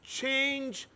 change